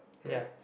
ya